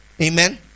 Amen